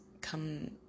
come